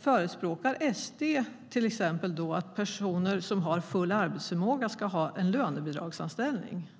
Förespråkar då Sverigedemokraterna att personer som har full arbetsförmåga ska ha en lönebidragsanställning?